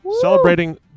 Celebrating